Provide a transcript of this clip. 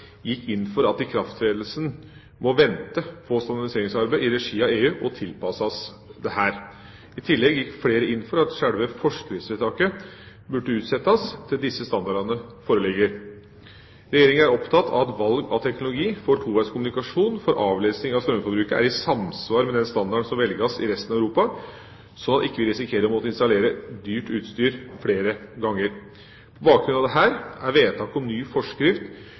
gikk inn for at ikrafttredelsen må vente på standardiseringsarbeidet i regi av EU og tilpasses dette. I tillegg gikk flere inn for at selve forskriftsvedtaket burde utsettes til disse standardene foreligger. Regjeringa er opptatt av at valg av teknologi for toveiskommunikasjon for avlesing av strømforbruket er i samsvar med den standarden som velges i resten av Europa, slik at vi ikke risikerer å måtte installere dyrt utstyr flere ganger. På bakgrunn av dette er vedtaket om ny forskrift